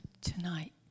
tonight